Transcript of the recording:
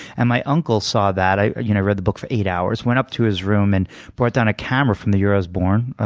and my uncle saw that i you know read the book for eight hours went up to his room and brought down a camera from the year i was born,